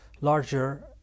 larger